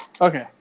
Okay